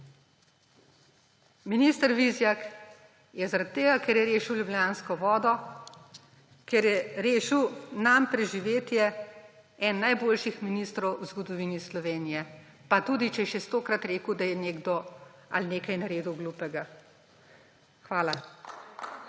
Minister Vizjak je zaradi tega, ker je rešil ljubljansko vodo, ker je rešil nam preživetje, eden najboljših ministrov v zgodovini Sloveniji, pa tudi če je še 100-krat rekel, da je nekdo ali nekaj naredil glupega. Hvala.